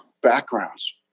backgrounds